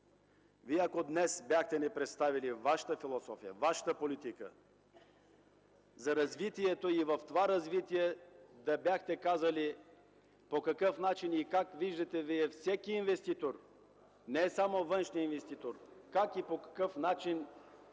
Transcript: Ако днес бяхте ни представили Вашата философия, Вашата политика за развитието, и в това развитие да бяхте казали по какъв начин и как виждате всеки инвеститор, не само външния инвеститор, как и по какъв начин